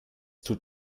tut